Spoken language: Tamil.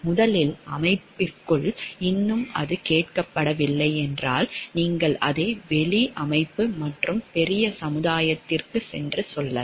முதலில் அமைப்புக்குள் இன்னும் அது கேட்கப்படவில்லை என்றால் நீங்கள் அதை வெளி அமைப்பு மற்றும் பெரிய சமுதாயத்திற்குச் சென்று சொல்லலாம்